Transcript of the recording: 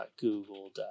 google